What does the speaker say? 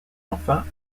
enfin